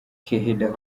keheda